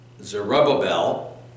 Zerubbabel